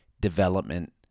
development